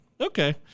Okay